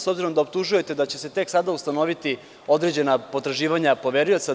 S obzirom da optužujete da će se tek sada ustanoviti određena potraživanja poverioca.